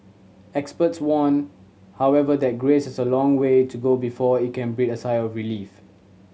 experts warn however that Greece has a long way to go before it can breathe a sigh of relief